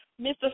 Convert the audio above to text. Mr